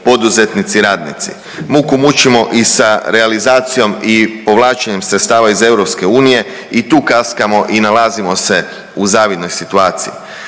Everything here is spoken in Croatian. poduzetnici, radnici. Muku mučimo i sa realizacijom i povlačenjem sredstava iz EU i tu kaskamo i nalazimo se u zavidnoj situaciji.